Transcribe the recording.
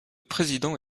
président